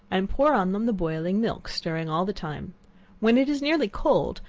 and pour on them the boiling milk, stirring all the time when it is nearly cold,